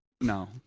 No